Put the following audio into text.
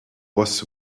was